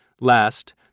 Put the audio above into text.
Last